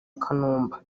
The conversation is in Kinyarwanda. kanumba